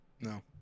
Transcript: No